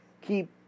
keep